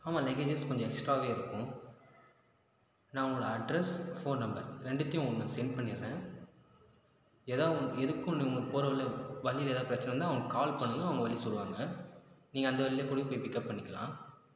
ஆமாம் லக்கேஜஸ் கொஞ்சம் எக்ஸ்ட்ரா இருக்கும் நான் அவங்களோடய அட்ரெஸ் ஃபோன் நம்பர் ரெண்டுத்தையும் உங்களுக்கு நான் சென்ட் பண்ணிடுறேன் ஏதாவது எதுக்கும் நீங்கள் போகிற வழியில் வழியில் ஏதாவது பிரச்சனை வந்தால் அவங்களுக்கு கால் பண்ணுங்கள் அவங்க வழி சொல்வாங்க நீங்கள் அந்த வழியிலேயே கூட போய் பிக்கப் பண்ணிக்கலாம்